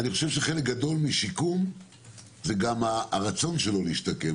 אני חושב שחלק גדול משיקום זה גם הרצון שלו להשתקם,